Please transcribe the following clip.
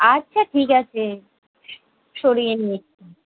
আচ্ছা ঠিক আছে সরিয়ে নিচ্ছি